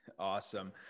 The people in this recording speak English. Awesome